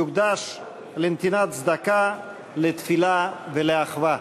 יוקדש לנתינת צדקה, לתפילה ולאחווה.